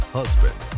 husband